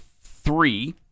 three